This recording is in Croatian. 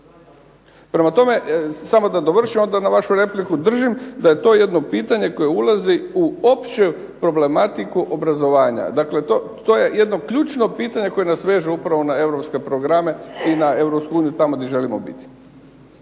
Prema tome, samo da završim na vašu repliku, držim da je to jedno pitanje koje ulazi u opću problematiku obrazovanja, to je jedno ključno pitanje koje nas veže upravo na Europske programe i na Europsku uniju tamo gdje želimo biti.